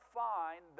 find